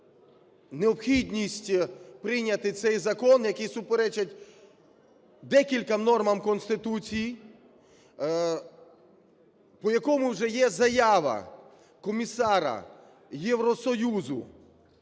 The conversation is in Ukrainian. необхідність прийняти цей закон, який суперечить декільком нормам Конституції, по якому вже є заява Комісара Євросоюзу